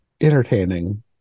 Entertaining